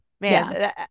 man